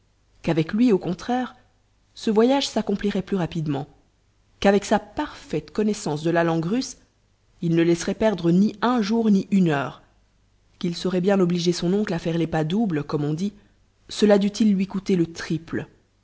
qu'avec lui au contraire ce voyage s'accomplirait plus rapidement qu'avec sa parfaite connaissance de la langue russe il ne laisserait perdre ni un jour ni une heure qu'il saurait bien obliger son oncle à faire les pas doubles comme on dit cela dût-il lui coûter le triple